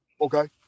Okay